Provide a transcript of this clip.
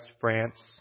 France